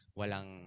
walang